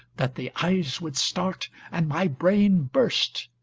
that the eyes would start, and my brain burst.